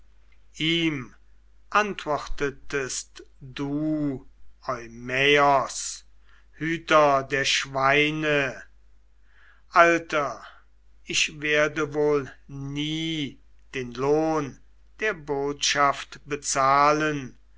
ihm antwortetest du eumaios hüter der schweine alter ich werde wohl nie den lohn der botschaft bezahlen